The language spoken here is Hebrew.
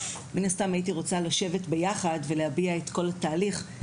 מן הסתם הייתי רוצה לשבת ביחד ולהביע את כל התהליך.